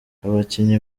abakinnyi